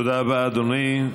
תודה רבה, אדוני.